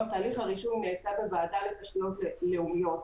הליך הרישוים נעשה בוועדה לתשתיות לאומיות.